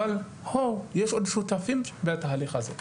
אבל יש עוד שותפים בתהליך הזה,